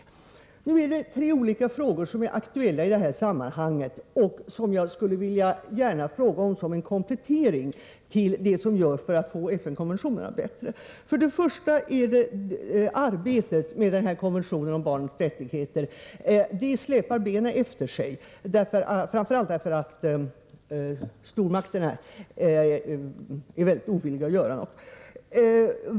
Det är tre olika möjligheter som är aktuella i detta sammanhang och som jag gärna skulle vilja få belysta som en komplettering till det som görs för att få FN-konventionerna bättre. För det första gäller det arbetet med konventionen om barnens rättigheter, där man släpar benen efter sig, framför allt därför att stormakterna är mycket ovilliga att göra något.